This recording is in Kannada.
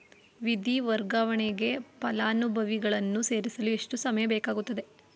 ನಿಧಿ ವರ್ಗಾವಣೆಗೆ ಫಲಾನುಭವಿಗಳನ್ನು ಸೇರಿಸಲು ಎಷ್ಟು ಸಮಯ ಬೇಕಾಗುತ್ತದೆ?